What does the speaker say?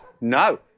no